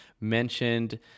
mentioned